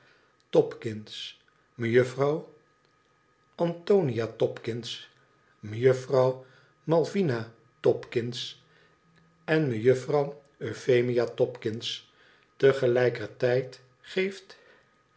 mejuffrouw antonia topkins mejuffrouw malvina topkins en mejuffrouw euphemia topkins te gelijker tijd geeft